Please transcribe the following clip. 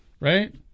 Right